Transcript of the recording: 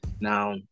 Now